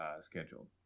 scheduled